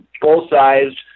full-sized